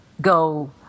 go